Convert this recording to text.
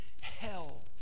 hell